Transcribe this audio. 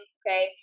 okay